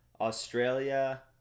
australia